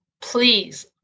please